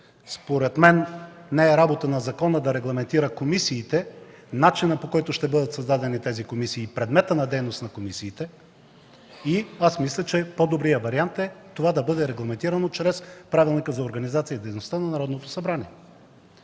Според мен не е работа на закона да регламентира комисиите – начинът, по който ще бъдат създадени тези комисии и предмета на дейността им. Аз мисля, че по-добрият вариант е това да бъде регламентирано чрез Правилника за организацията и дейността на Народното събрание.